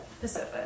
Pacific